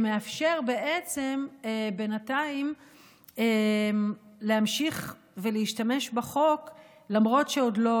שמאפשר בעצם בינתיים להמשיך ולהשתמש בחוק למרות שעוד לא